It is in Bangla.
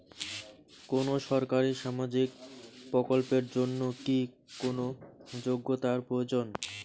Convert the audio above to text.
কোনো সরকারি সামাজিক প্রকল্পের জন্য কি কোনো যোগ্যতার প্রয়োজন?